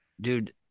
Dude